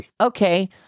okay